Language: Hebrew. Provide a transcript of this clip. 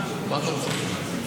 אני מאוד, לשמוע את תשובתך.